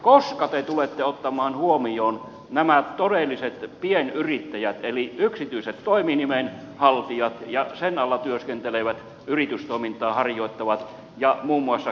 koska te tulette ottamaan huomioon nämä todelliset pienyrittäjät eli yksityiset toiminimen haltijat ja sen alla työskentelevät yritystoimintaa harjoittavat ja muun muassa kommandiittiyhtiöt